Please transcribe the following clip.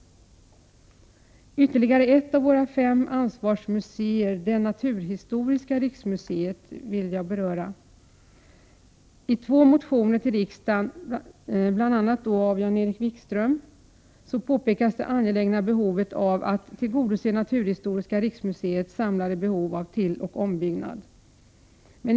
Ytterligare ett av våra fem ansvarsmuseer, Naturhistoriska riksmuseet, vill jag beröra. I två motioner till riksdagen — Jan-Erik Wikström är en av motionärerna — pekar man på hur angeläget det är att tillgodose Naturhistoriska riksmuseets samlade behov av tilloch ombyggnad.